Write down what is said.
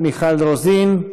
מיכל רוזין,